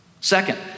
Second